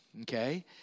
okay